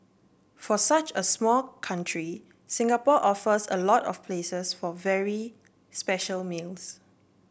for such a small country Singapore offers a lot of places for very special meals